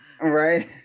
Right